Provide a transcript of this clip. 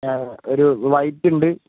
ആ ഒരു വൈറ്റ് ഉണ്ട്